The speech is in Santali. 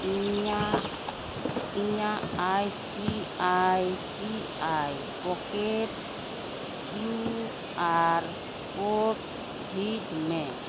ᱤᱧᱟᱹᱜ ᱤᱧᱟᱹᱜ I C I C I pocket Q R code ᱡᱷᱤᱡᱽ ᱢᱮ